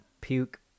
puke